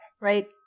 Right